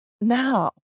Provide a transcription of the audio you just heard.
Now